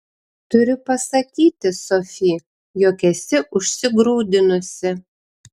turiu pasakyti sofi jog esi užsigrūdinusi